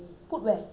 in the hall ah